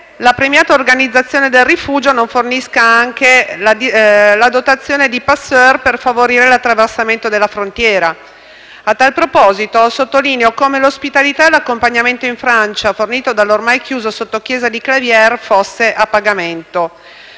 la premiata organizzazione del rifugio non fornisca anche la dotazione di *passeur* per favorire l'attraversamento della frontiera. A tal proposito, sottolineo come l'ospitalità e l'accompagnamento in Francia fornito dall'ormai chiuso sottochiesa di Claviere fosse a pagamento.